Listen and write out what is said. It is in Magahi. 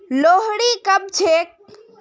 लोहड़ी कब छेक